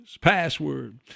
Password